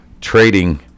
trading